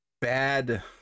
bad